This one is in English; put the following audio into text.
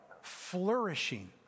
flourishing